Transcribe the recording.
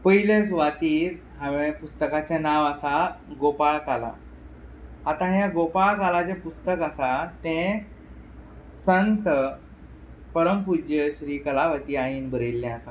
पयले सुवातेर हांवे पुस्तकाचें नांव आसा गोपाळ काला आतां हें गोपाळ काला जें पुस्तक आसा तें संत परमपूज्य श्री कलावती आईन बरयिल्लें आसा